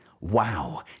Wow